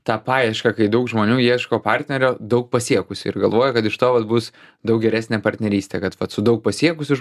tą paiešką kai daug žmonių ieško partnerio daug pasiekusi ir galvoja kad iš to vat bus daug geresnė partnerystė kad vat su daug pasiekusiu